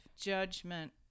judgment